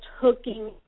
hooking